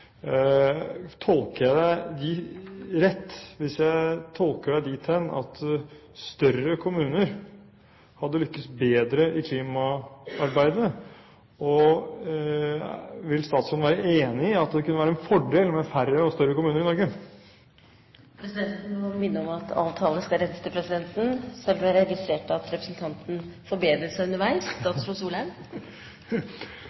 Tolker jeg deg rett hvis jeg tolker deg dit hen at større kommuner hadde lyktes bedre i klimaarbeidet? Vil statsråden være enig i at det kunne være en fordel med færre og større kommuner i Norge? Presidenten må minne om at all tale skal rettes til presidenten, selv om jeg registrerte at representanten forbedret seg underveis.